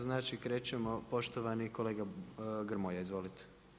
Znači krećemo poštovani kolega Grmoja, izvolite.